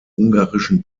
ungarischen